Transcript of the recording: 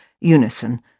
Unison